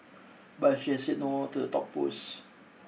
but she has said no to the top post